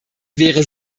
wäre